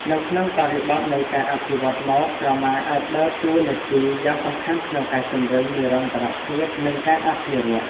នៅក្នុងបរិបទនៃការអភិវឌ្ឍម៉ូដ ក្រមាអាចដើរតួនាទីយ៉ាងសំខាន់ក្នុងការជំរុញ និរន្តរភាព និងការអភិរក្ស ។